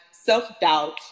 self-doubt